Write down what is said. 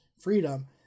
freedom